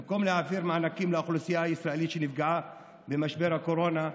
במקום להעביר מענקים לאוכלוסייה הישראלית שנפגעה ממשבר הקורונה,